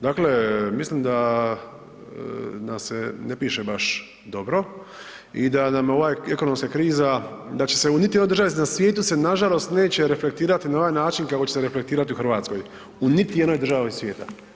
Dakle, mislim da nam se ne piše baš dobro i da nam ova ekonomska kriza, da će se u niti jednoj državi na svijetu se nažalost neće reflektirati na onaj način kako će se reflektirati u Hrvatskoj, u niti jednoj državi svijeta.